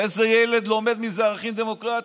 איזה ילד לומד מזה ערכים דמוקרטיים?